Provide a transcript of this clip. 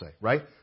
right